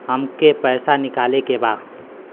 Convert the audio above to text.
हमके पैसा निकाले के बा